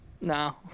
No